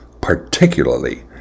particularly